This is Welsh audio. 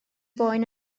boen